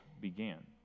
began